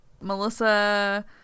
melissa